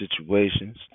situations